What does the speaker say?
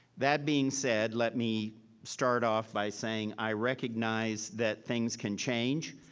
that being said, let me start off by saying, i recognize that things can change.